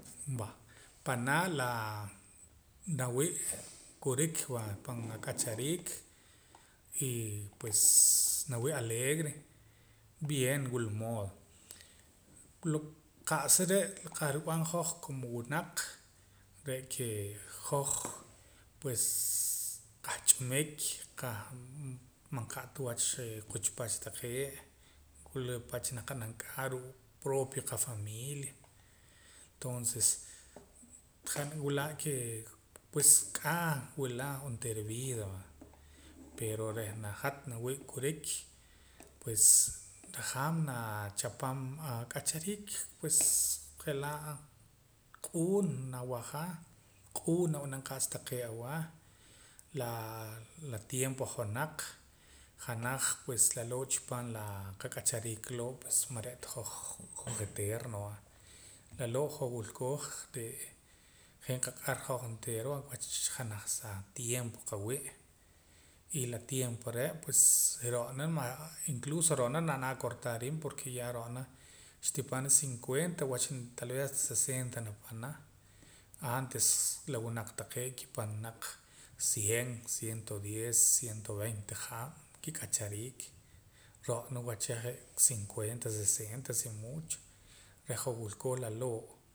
Va panaa' laa la nawii' kurik va pan ak'achariik eeh pues nawi' alegre bien wila mood wila qa'sa re' qah rib'an hoj como wunaq re' kee hoj pues qah ch'umik qah man qa'ta wach quxpach taqee' wila pach naa qa'nam k'aa ruu' propio qafamilia tonces han nwila' ke pues k'aa wila onteera vida va pero reh hat nawii' kurik pues najaam naa chapam ak'achariik pues je'laa' q'uun nawaja q'uun nab'anam qa'sa taqee' awah laa la tiempo ojonaq janaj pues laloo' chipaam la qak'achariik loo' pues man re'ta hoj eterno va laloo' hoj wilkooj re' je' naqaq'ar hoj onteera va wach janaj sa tiempo qawi' y la tiempo re' pues ro'na man incluso ro'na na nari'man akortaar riib' porque ya ro'na xtipana cincuenta wach talvez wach hasta sesenta napana antes la wunaq taqee' ki' pana naq cien ciento diez ciento veinte haab' kik'achariik ro'na wacha je' cincuenta sesenta si mucho reh hoj wilkooj laloo'